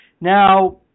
Now